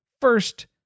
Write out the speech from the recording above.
first